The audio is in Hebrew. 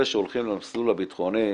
אלה שהולכים למסלול הביטחוני,